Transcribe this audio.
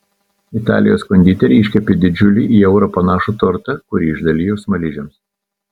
italijos konditeriai iškepė didžiulį į eurą panašų tortą kurį išdalijo smaližiams